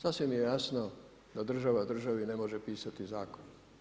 Sasvim je jasno da država državi ne može pisati zakon.